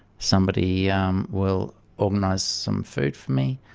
somebody um will organise some food for me.